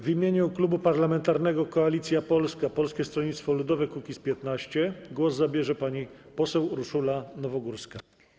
W imieniu Klubu Parlamentarnego Koalicja Polska - Polskie Stronnictwo Ludowe - Kukiz15 głos zabierze pani poseł Urszula Nowogórska.